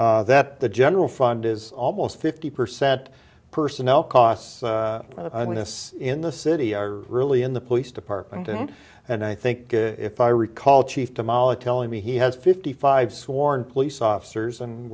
shows that the general fund is almost fifty percent personnel costs in the city are really in the police department and and i think if i recall chief tamala telling me he has fifty five sworn police officers and